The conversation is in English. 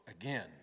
again